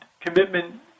commitment